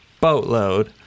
boatload